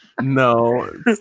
No